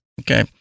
okay